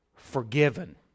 forgiven